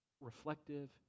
reflective